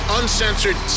uncensored